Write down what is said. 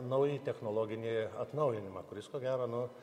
naująjį technologinį atnaujinimą kuris ko gero nu